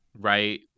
Right